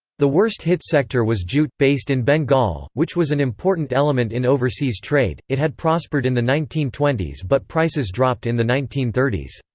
the worst-hit sector was jute, based in bengal, which was an important element in overseas trade it had prospered in the nineteen twenty s but prices dropped in the nineteen thirty s.